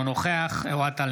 אינו נוכח אוהד טל,